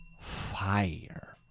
fire